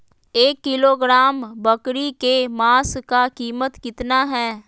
एक किलोग्राम बकरी के मांस का कीमत कितना है?